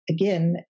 again